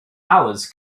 hours